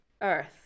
earth